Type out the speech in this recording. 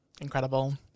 incredible